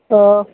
हो